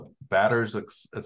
batters